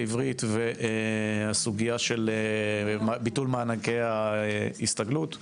עברית והסוגיה של ביטול מענקי ההסתגלות,